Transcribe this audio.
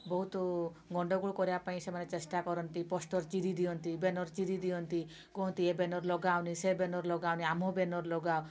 ବହୁତ ଗଣ୍ଡଗୋଳ କରିବାପାଇଁ ସେମାନେ ଚେଷ୍ଟା କରନ୍ତି ପୋଷ୍ଟର ଚିରିଦିଅନ୍ତି ବ୍ୟାନର୍ ଚିରିଦିଅନ୍ତି କୁହନ୍ତି ଏ ବ୍ୟାନର୍ ଲଗାଅନି ସେ ବ୍ୟାନର୍ ଲଗାଅନି ଆମ ବ୍ୟାନର୍ ଲଗାଅ